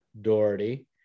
Doherty